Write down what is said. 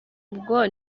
ubwo